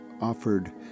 offered